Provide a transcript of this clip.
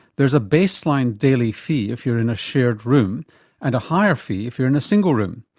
there's a baseline daily fee if you're in a shared room and a higher fee if you're in a single room.